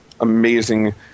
amazing